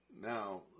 Now